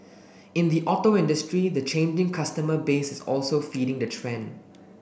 in the auto industry the changing customer base is also feeding the trend